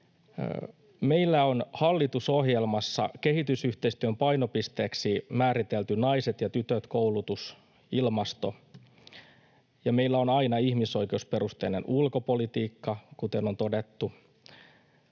Meillä on hallitusohjelmassa kehitysyhteistyön painopisteeksi määritelty naiset ja tytöt, koulutus ja ilmasto, ja meillä on aina ihmisoikeusperusteinen ulkopolitiikka, kuten on todettu.